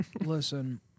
Listen